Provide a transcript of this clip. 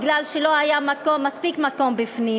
מפני שלא היה מספיק מקום בפנים.